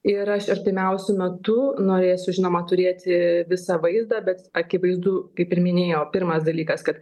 ir aš artimiausiu metu norėsiu žinoma turėti visą vaizdą bet akivaizdu kaip ir minėjau pirmas dalykas kad